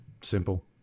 simple